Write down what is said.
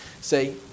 say